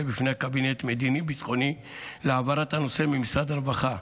בפני הקבינט המדיני-ביטחוני להעברת הנושא ממשרד הרווחה.